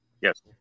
Yes